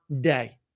day